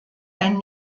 ein